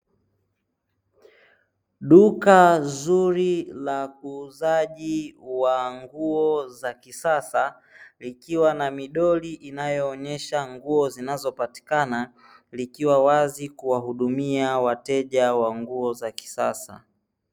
Duka zuri la muuzaji wa nguo za kisasa likiwa na midoli inayoonyesha nguo zinazopatikana, likiwa wazi kuwahudumia wateja wa nguo za kisasa.